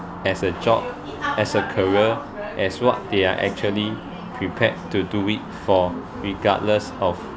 as a job as a career as what they are actually prepared to do it for regardless of